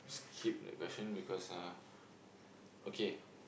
skip that question because uh okay